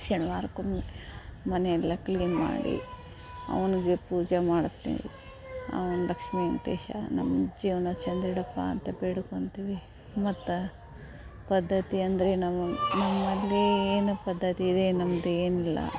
ಶನಿವಾರಕ್ಕೊಮ್ಮೆ ಮನೆ ಎಲ್ಲ ಕ್ಲೀನ್ ಮಾಡಿ ಅವ್ನಿಗೆ ಪೂಜೆ ಮಾಡ್ತೀನಿ ಅವ್ನು ಲಕ್ಷ್ಮೀ ವೆಂಕಟೇಶ ನಮ್ಮ ಜೀವನ ಚಂದ ಇಡಪ್ಪ ಅಂತ ಬೇಡ್ಕೊತಿವಿ ಮತ್ತು ಪದ್ಧತಿ ಅಂದರೆ ನಮಗೆ ನಮ್ಮಲ್ಲಿ ಏನು ಪದ್ಧತಿ ಇದೆ ನಮ್ದು ಏನೆಲ್ಲ